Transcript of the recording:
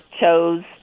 chose